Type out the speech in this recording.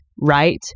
right